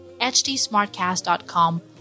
hdsmartcast.com